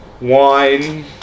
wine